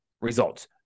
results